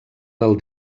del